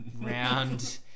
round